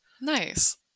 Nice